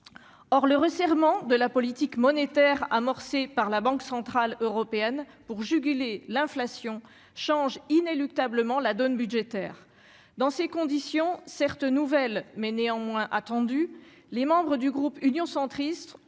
Or le resserrement de la politique monétaire amorcé par la Banque centrale européenne pour juguler l'inflation change inéluctablement la donne budgétaire dans ces conditions, certes nouvelle mais néanmoins attendu les membres du groupe Union centriste,